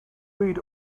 read